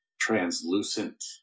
translucent